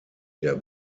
der